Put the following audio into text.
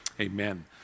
Amen